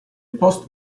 post